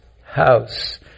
house